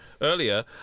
earlier